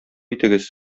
итегез